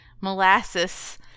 molasses